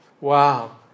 Wow